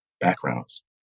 backgrounds